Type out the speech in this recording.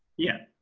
yeah,